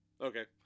Okay